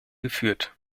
geführt